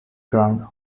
ground